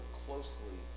closely